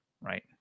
right